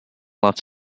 lots